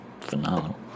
phenomenal